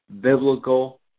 biblical